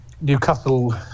Newcastle